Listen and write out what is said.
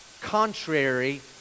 contrary